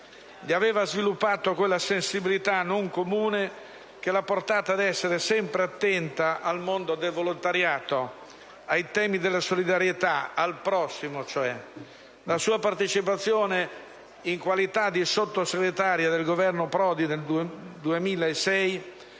le aveva sviluppato quella sensibilità non comune che l'ha portata ad essere sempre attenta al mondo del volontariato, ai temi della solidarietà, cioè al prossimo. La sua partecipazione in qualità di Sottosegretario al Governo Prodi, nel 2006,